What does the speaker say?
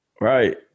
Right